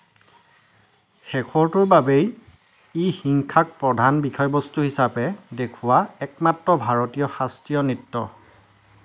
শেষৰটোৰ বাবেই ই হিংসাক প্ৰধান বিষয়বস্তু হিচাপে দেখুওৱা একমাত্ৰ ভাৰতীয় শাস্ত্ৰীয় নৃত্য